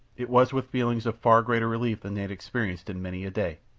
it was with feelings of far greater relief than they had experienced in many a day.